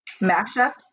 mashups